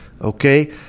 okay